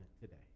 today